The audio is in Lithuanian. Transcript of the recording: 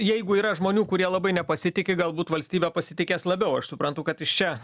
jeigu yra žmonių kurie labai nepasitiki galbūt valstybe pasitikės labiau aš suprantu kad iš čia